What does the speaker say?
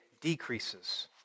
decreases